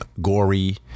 gory